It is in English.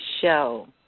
show